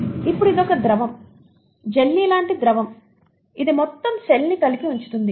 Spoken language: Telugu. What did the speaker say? ఇప్పుడు ఇది ఒక ద్రవం జెల్లీ లాంటి ద్రవం ఇది మొత్తం సెల్ ని కలిపి ఉంచుతుంది